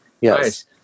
Yes